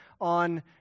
on